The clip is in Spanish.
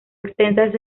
extensas